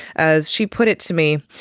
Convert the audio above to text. as she put it to me,